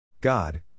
God